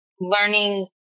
learning